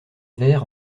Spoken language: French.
ver